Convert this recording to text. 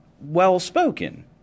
well-spoken